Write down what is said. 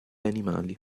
animali